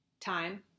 time